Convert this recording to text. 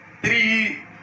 three